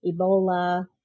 Ebola